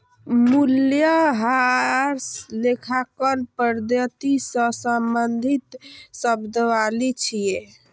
मूल्यह्रास लेखांकन पद्धति सं संबंधित शब्दावली छियै